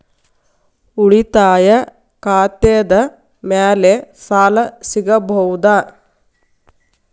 ಉಳಿತಾಯ ಖಾತೆದ ಮ್ಯಾಲೆ ಸಾಲ ಸಿಗಬಹುದಾ?